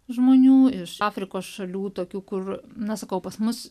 žmonių iš afrikos šalių tokių kur na sakau pas mus